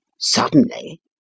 Suddenly